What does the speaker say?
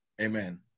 Amen